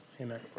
amen